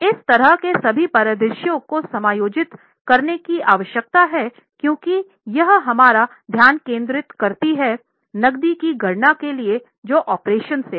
इस तरह के सभी परिदृश्यों को समायोजित करने की आवश्यकता है क्योंकि यहां हमारा ध्यान केंद्रित है नक़दी की गणना के लिए जो ऑपरेशन से हैं